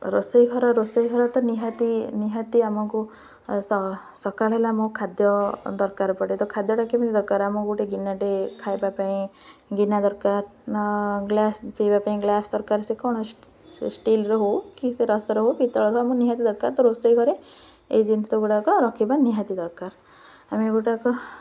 ରୋଷେଇ ଘର ରୋଷେଇ ଘର ତ ନିହାତି ନିହାତି ଆମକୁ ସକାଳ ହେଲା ଆମକୁ ଖାଦ୍ୟ ଦରକାର ପଡ଼େ ତ ଖାଦ୍ୟଟା କେମିତି ଦରକାର ଆମକୁ ଗୋଟେ ଗିନାଟେ ଖାଇବା ପାଇଁ ଗିନା ଦରକାର ଗ୍ଲାସ୍ ପିଇବା ପାଇଁ ଗ୍ଲାସ୍ ଦରକାର ସେ କ'ଣ ସେ ଷ୍ଟିଲ୍ର ହଉ କି ସେ ରସ ହଉ ପିତ୍ତଳ ହଉ ଆମ ନିହାତି ଦରକାର ତ ରୋଷେଇ ଘରେ ଏଇ ଜିନିଷ ଗୁଡ଼ାକ ରଖିବା ନିହାତି ଦରକାର ଆମେ ଏଗୁଡ଼ାକ